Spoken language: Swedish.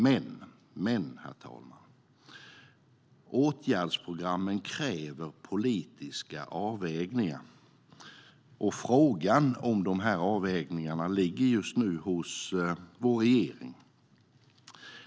Men , herr talman, åtgärdsprogrammen kräver politiska avvägningar, och frågan om avvägningarna ligger just nu hos vår regering.